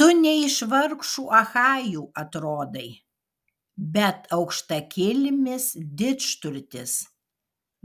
tu ne iš vargšų achajų atrodai bet aukštakilmis didžturtis